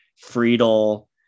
Friedel